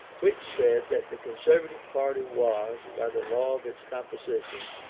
which said that the conservative party was, by the law of its composition,